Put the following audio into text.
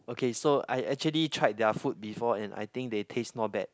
okay so I actually tried their food before and I think they taste not bad